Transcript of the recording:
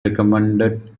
recommended